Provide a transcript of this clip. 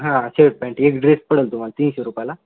हा shirt pant एक dress पडेल तुम्हाला तीनशे रुपयाला